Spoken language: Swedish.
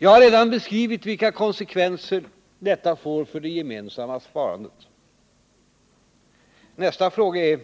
Jag har redan beskrivit vilka konsekvenser ökningen av underskottet får för det gemensamma sparandet. Nästa fråga är